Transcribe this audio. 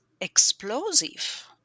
explosive